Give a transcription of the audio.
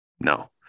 No